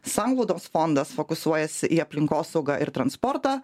sanglaudos fondas fokusuojasi į aplinkosaugą ir transportą